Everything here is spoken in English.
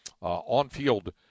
on-field